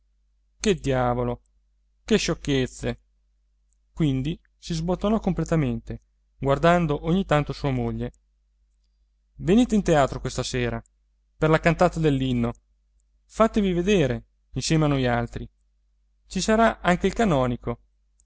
che diavolo che sciocchezze quindi si sbottonò completamente guardando ogni tanto sua moglie venite in teatro questa sera per la cantata dell'inno fatevi vedere insieme a noialtri ci sarà anche il canonico